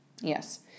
Yes